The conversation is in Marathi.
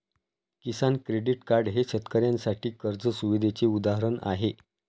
किसान क्रेडिट कार्ड हे शेतकऱ्यांसाठी कर्ज सुविधेचे उदाहरण आहे